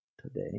today